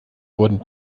wurden